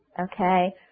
okay